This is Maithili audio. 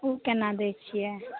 ओ केना दैत छियै